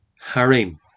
harem